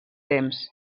temps